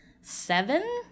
seven